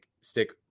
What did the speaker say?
Stick